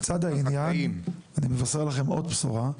לצד העניין, אני מבשר לכם עוד בשורה,